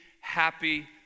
happy